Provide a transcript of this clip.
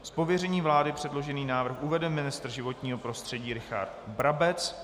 Z pověření vlády předložený návrh uvede ministr životního prostředí Richard Brabec.